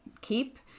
keep